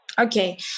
okay